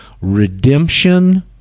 Redemption